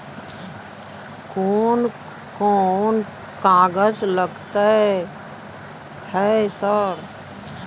कोन कौन कागज लगतै है सर?